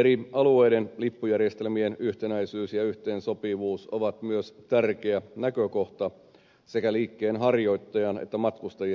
eri alueiden lippujärjestelmien yhtenäisyys ja yhteensopivuus on myös tärkeä näkökohta sekä liikkeenharjoittajan että matkustajien näkökulmasta